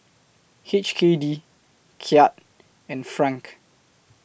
H K D Kyat and Franc